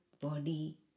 body